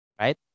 right